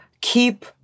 keep